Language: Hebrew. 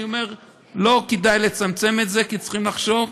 אני אומר שלא כדאי לצמצם את זה, כי צריכים לחשוב: